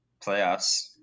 playoffs